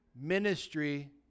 ministry